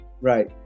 Right